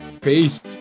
peace